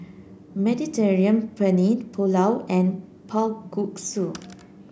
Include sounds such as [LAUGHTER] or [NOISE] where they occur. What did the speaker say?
Mediterranean Penne Pulao and [UNINTELLIGIBLE]